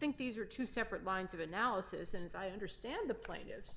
think these are two separate lines of analysis and as i understand the plaintiffs